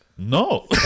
No